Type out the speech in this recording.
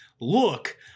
Look